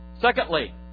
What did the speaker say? Secondly